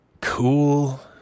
cool